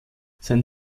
sein